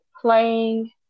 playing